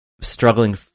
struggling